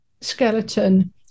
skeleton